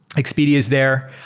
expedia is there.